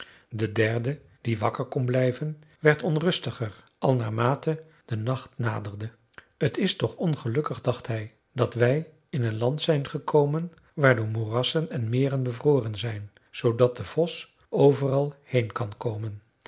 de derde die wakker kon blijven werd onrustiger al naarmate de nacht naderde t is toch ongelukkig dacht hij dat wij in een land zijn gekomen waar de moerassen en meren bevroren zijn zoodat de vos overal heen kan komen